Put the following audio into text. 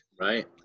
Right